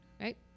Right